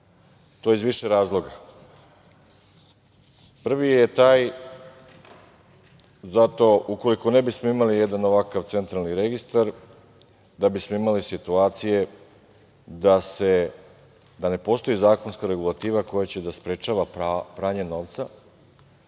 i to iz više razloga. Prvi je taj zato… Ukoliko ne bismo imali jedan ovakav Centralni registar da bismo imali situacije da ne postoji zakonska regulativa koja će da sprečava pranje novca